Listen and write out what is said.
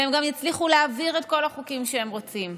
והם גם יצליחו להעביר את כל החוקים שהם רוצים.